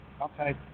Okay